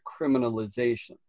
criminalization